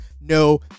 no